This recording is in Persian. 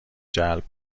جلب